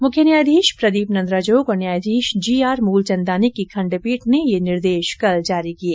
मुख्य न्यायाधीश प्रदीप नन्द्राजोग और न्यायाधीश जीआर मूलचन्दानी की खण्डपीठ ने ये निर्देश कल जारी किये